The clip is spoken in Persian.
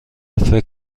فکر